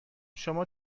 شما